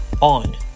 on